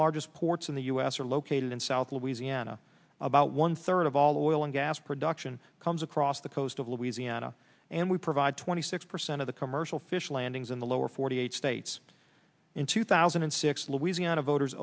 largest ports in the u s are located in south louisiana about one third of all the oil and gas production comes across the coast of louisiana and we provide twenty six percent of the commercial fish landings in the lower forty eight states in two thousand and six louisiana voters